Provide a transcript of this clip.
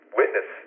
witness